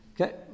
Okay